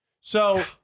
So-